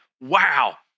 wow